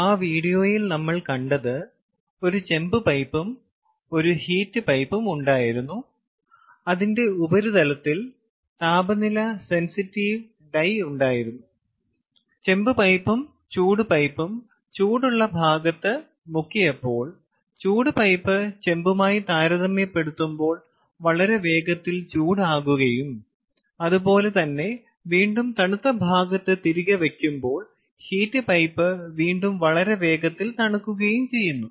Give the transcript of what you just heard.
ആ വീഡിയോയിൽ നമ്മൾ കണ്ടത് ഒരു ചെമ്പ് പൈപ്പും ഒരു ഹീറ്റ് പൈപ്പും ഉണ്ടായിരുന്നു അതിന്റെ ഉപരിതലത്തിൽ താപനില സെൻസിറ്റീവ് ഡൈ ഉണ്ടായിരുന്നു ചെമ്പ് പൈപ്പും ചൂട് പൈപ്പും ചൂടുള്ള ഭാഗത്ത് മുക്കിയപ്പോൾ ചൂട് പൈപ്പ് ചെമ്പുമായി താരതമ്യപ്പെടുത്തുമ്പോൾ വളരെ വേഗത്തിൽ ചൂടാകുകയും അതുപോലെ തന്നെ വീണ്ടും തണുത്ത ഭാഗത്ത് തിരികെ വയ്ക്കുമ്പോൾ ഹീറ്റ് പൈപ്പ് വീണ്ടും വളരെ വേഗത്തിൽ തണുക്കുകയും ചെയ്യുന്നു